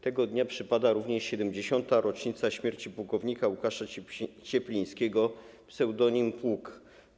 Tego dnia przypada również 70. rocznica śmierci płk. Łukasza Cieplińskiego ps. „Pług”